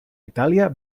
itàlia